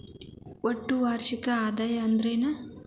ಒಟ್ಟ ವಾರ್ಷಿಕ ಆದಾಯ ಅಂದ್ರೆನ?